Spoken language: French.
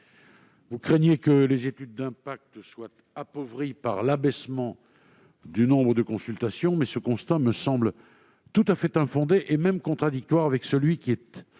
Vous craignez que les études d'impact ne soient appauvries par l'abaissement du nombre de consultations, mais ce constat me semble tout à fait infondé et même contradictoire avec celui qui est